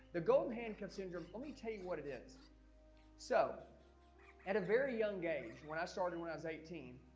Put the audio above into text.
the golden handcuffs syndrome, let me tell you what it is so at a very young age when i started when i was eighteen.